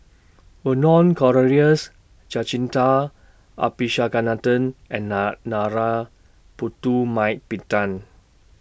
Vernon Cornelius Jacintha Abisheganaden and Putumaippittan